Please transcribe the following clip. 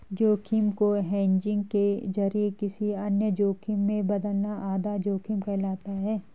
जोखिम को हेजिंग के जरिए किसी अन्य जोखिम में बदलना आधा जोखिम कहलाता है